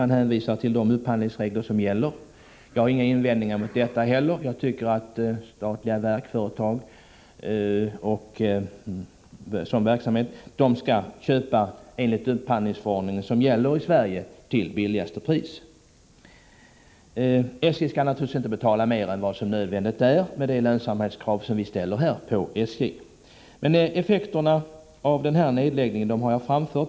Han hänvisar till de upphandlingsregler som gäller. Jag har inga invändningar mot detta. Jag tycker att statliga verk och företag skall följa den upphandlingsförordning som gäller i Sverige och köpa till lägsta pris. SJ skall naturligtvis inte betala mer än nödvändigt med tanke på de lönsamhetskrav vi ställer på företaget. Men jag har pekat på effekterna av nedläggningen av Uddevallavarvet.